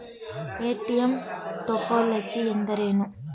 ATM topology ಎಂದರೇನು?